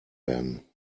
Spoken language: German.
werden